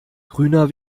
grüner